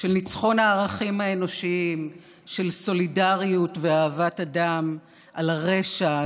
של ניצחון הערכים האנושיים של סולידריות ואהבת אדם על הרשע,